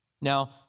Now